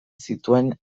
zituen